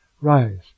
Rise